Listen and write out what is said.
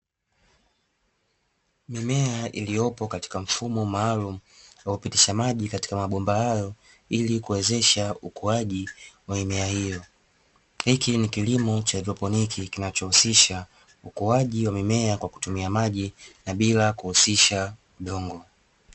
Mimea iliyopo katika mfumo maalumu wa kupitisha maji katika mabomba hayo ili kuwezesha ukuaji wa mimea hiyo. Hiki ni kilimo cha haidroponi kinachohusisha ukuaji wa mimea kwa kutumia maji na bila kuhusisha udongo.